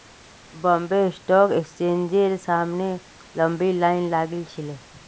Bombay stock एक्सचेंजेर सामने लंबी लाइन लागिल छिले